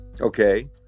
Okay